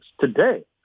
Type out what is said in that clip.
today